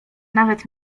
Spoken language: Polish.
nawet